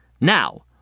Now